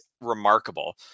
remarkable